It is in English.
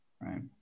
right